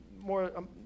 more